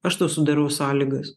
aš tau sudarau sąlygas